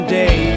day